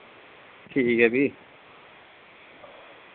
ठीक ऐ फ्ही